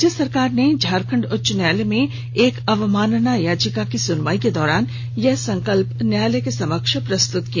राज्य सरकार ने झारखंड उच्च न्यायालय में एक अवमानना यचिका की सुनवाई के दौरान यह संकल्प न्यायालय के समक्ष प्रस्तुत किया